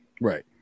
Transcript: Right